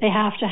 they have to